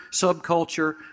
subculture